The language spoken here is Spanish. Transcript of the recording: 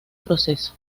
proceso